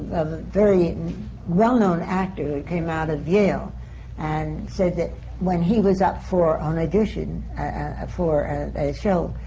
very well-known actor who came out of yale and said that when he was up for an audition ah for a show,